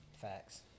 Facts